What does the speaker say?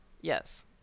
Yes